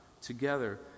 Together